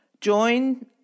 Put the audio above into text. Join